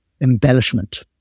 embellishment